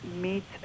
meets